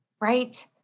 right